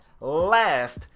last